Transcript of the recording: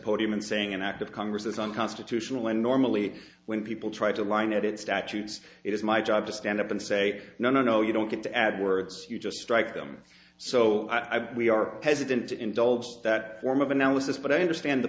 podium and saying an act of congress is unconstitutional and normally when people try to line it it statutes it is my job to stand up and say no no no you don't get to add words you just strike them so i think we are hesitant to indulge that form of analysis but i understand the